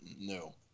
No